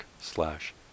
slash